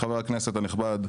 לחבר הכנסת הנכבד,